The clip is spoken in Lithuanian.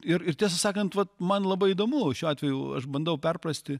ir ir tiesą sakant vat man labai įdomu šiuo atveju aš bandau perprasti